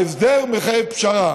ההסדר מחייב פשרה,